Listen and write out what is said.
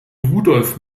rudolf